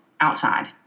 outside